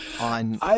on